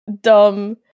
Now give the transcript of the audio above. Dumb